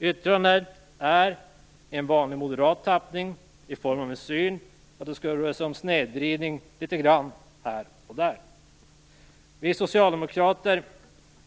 Yttrandet är i en vanlig moderat tappning. Man anser att det skulle röra sig om snedvridning litet här och där. Vi socialdemokrater